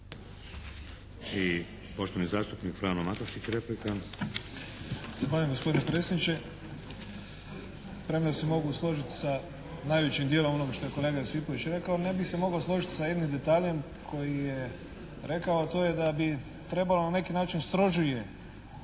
I poštovani zastupnik Frano Matušić, replika. **Matušić, Frano (HDZ)** Zahvaljujem gospodine predsjedniče. Premda se mogu složiti sa najvećim dijelom onoga što je kolega Josipović rekao, ne bih se mogao složiti sa jednim detaljem koji je rekao, a to je da bi trebalo na neki način strožije